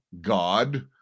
God